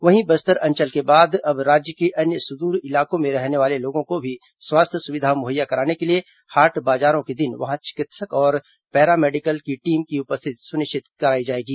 वहीं बस्तर अंचल के बाद अब राज्य के अन्य सुदूर इलाकों में रहने वाले लोगों को भी स्वास्थ्य सुविधा मुहैया कराने के लिए हाट बाजारों के दिन वहां चिकित्सक और पैरामेडिकल की टीम की उपस्थिति सुनिश्चित कराई जाएगी